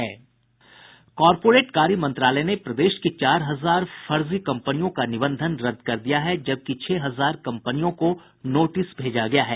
corporate कार्य मंत्रालय ने प्रदेश की चार हजार फर्जी कम्पनियों का निबंधन रद्द कर दिया है जबकि छह हजार कम्पनियों को नोटिस भेजा गया है